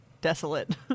desolate